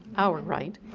our right.